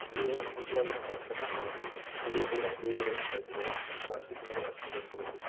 ನೀರು ಮಿತವಾಗಿ ನಾವು ಬಳಸಬೇಕಾಯ್ತದೆ ಕುಡಿಯೋ ನೀರನ್ನು ಕುಡಿಯೋಕ್ಕೇ ಬಳಸಬೇಕಾಯ್ತದೆ ವಾಷಿಂಗ್ ನೀರು ವಾಷಿಂಗಿಗೆ ಬಳಸಬೇಕಾಯ್ತದೆ